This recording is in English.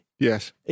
Yes